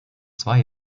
zwei